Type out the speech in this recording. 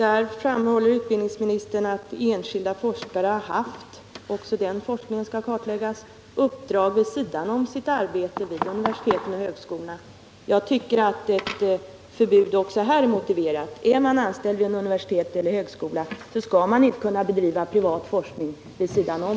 Utbildningsministern framhåller att enskilda forskare har haft uppdrag vid sidan av sitt arbete vid universiteten och högskolorna och att också den forskningen skall kartläggas. Jag tycker att ett förbud är motiverat även här. Är man anställd vid ett universitet eller en högskola skall man inte kunna bedriva privat forskning vid sidan om.